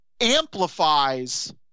amplifies